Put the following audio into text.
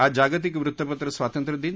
आज जागतिक वृत्तपत्र स्वातंत्र्य दिन